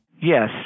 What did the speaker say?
Yes